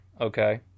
okay